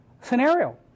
scenario